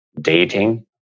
dating